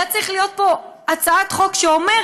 הייתה צריכה להיות פה הצעת חוק שאומרת: